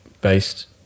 based